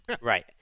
Right